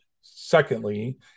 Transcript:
Secondly